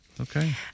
Okay